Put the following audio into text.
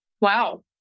Wow